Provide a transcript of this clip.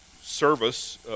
service